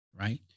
right